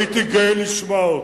הייתי גאה לשמוע אותו,